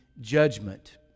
judgment